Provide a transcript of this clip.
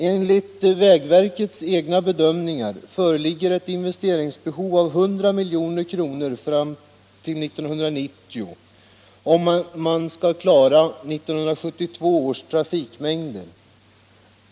Enligt vägverkets egna bedömningar föreligger ett investeringsbehov av 100 milj.kr. per år fram till 1990 om man skall klara 1972 års trafikmängd.